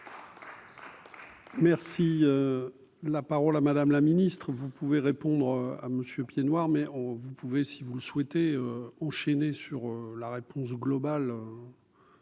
Merci, la parole à Madame la Ministre, vous pouvez répondre à monsieur Piednoir mais on vous pouvez si vous le souhaitez, enchaîner sur la réponse globale